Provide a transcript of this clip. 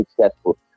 successful